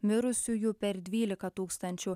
mirusiųjų per dvylika tūkstančių